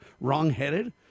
wrongheaded